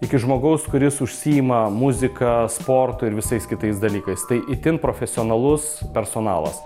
iki žmogaus kuris užsiima muzika sportu ir visais kitais dalykais tai itin profesionalus personalas